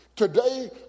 Today